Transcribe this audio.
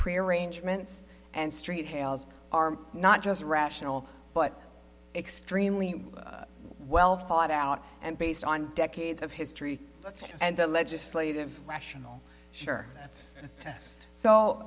pre arrangements and street hales are not just rational but extremely well thought out and based on decades of history and the legislative rational sure